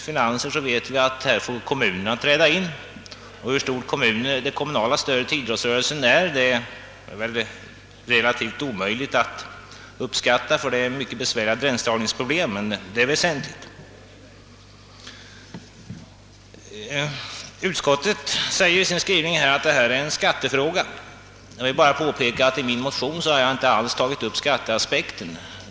Vi vet också att kommunerna får träda in för att klara idrottens finanser. Hur stort det kommunala stödet till idrottsrörelsen är kan det vara relativt svårt att uppskatta på grund av besvärande gränsdragningsproblem, men stödet är i alla händelser väsentligt. Utskottet säger i sin skrivning, att detta är en skattefråga. Jag vill bara påpeka att jag i min motion inte alls tagit upp skatteaspekten.